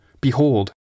Behold